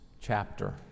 chapter